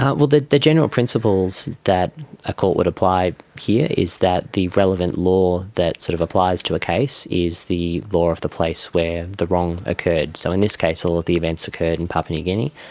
ah well, the the general principles that a court would apply here is that the relevant law that sort of applies to case is the law of the place where the wrong occurred. so in this case all of ah the events occurred in papua new guinea.